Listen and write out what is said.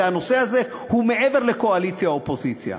והנושא הזה הוא מעבר לקואליציה אופוזיציה,